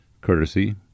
Courtesy